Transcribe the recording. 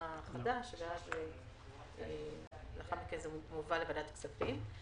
החדש ולאחר מכן זה מובא לוועדת כספים.